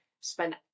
spend